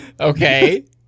Okay